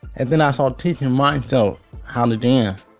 and then i started teaching myself how to dance